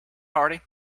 party